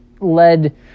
led